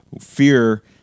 Fear